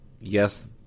yes